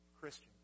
Christian